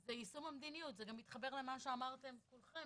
זה יישום המדיניות וזה גם מתחבר לגבי מה שאמרתם כולכם